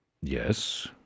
Yes